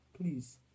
please